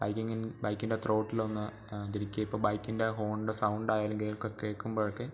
ബൈക്കിങ്ങിൽ ബൈക്കിൻ്റെ ത്രോട്ടിൽ ഒന്ന് തിരിക്കുവോ ഇപ്പോൾ ബൈക്കിൻ്റെ ഹോണിൻ്റെ സൗണ്ട് ആയാലും കേൾക്ക് കേൾക്കുമ്പോഴൊക്കെ